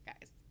guys